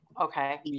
okay